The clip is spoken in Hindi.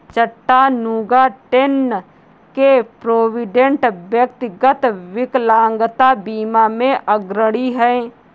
चट्टानूगा, टेन्न के प्रोविडेंट, व्यक्तिगत विकलांगता बीमा में अग्रणी हैं